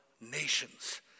nations